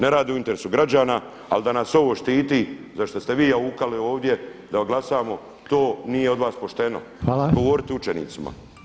Ne rade u interesu građana, ali da nas ovo štiti za što ste vi jaukali ovdje da glasamo to nije od vas pošteno govoriti učenicima.